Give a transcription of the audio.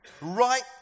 Right